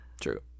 true